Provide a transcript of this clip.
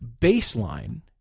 baseline